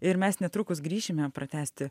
ir mes netrukus grįšime pratęsti